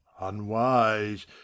unwise